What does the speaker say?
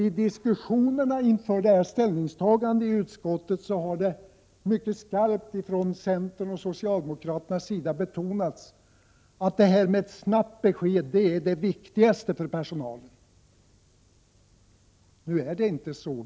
I diskussionerna i utskottet inför det här ställningstagandet har det från centerns och socialdemokraternas sida mycket skarpt betonats att det viktigaste för personalen är att snabbt få ett besked. Så är det inte.